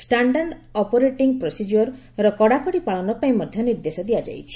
standard operating ପ୍ରୋସେଜିଓର୍ର କଡ଼ାକଡ଼ି ପାଳନ ପାଇଁ ନିର୍ଦ୍ଦେଶ ଦିଆଯାଇଛି